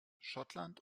schottland